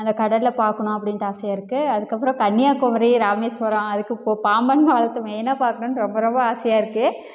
அந்த கடலை பார்க்கணும் அப்படின்ட்டு ஆசையாக இருக்குது அதுக்கப்புறம் கன்னியாகுமரி ராமேஸ்வரம் அதுக்கு பொ பாம்பன் பாலத்தை மெயினாக பார்க்கணுன்ட்டு ரொம்ப ரொம்ப ஆசையாக இருக்குது